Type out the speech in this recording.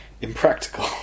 Impractical